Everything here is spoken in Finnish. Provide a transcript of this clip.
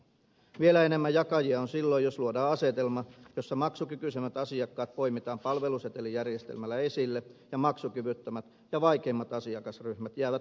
vielä enemmän jakajia on silloin jos luodaan asetelma jossa maksukykyisemmät asiakkaat poimitaan palvelusetelijärjestelmällä esille ja maksukyvyttömät ja vaikeimmat asiakasryhmät jäävät kuntien vastuulle